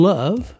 Love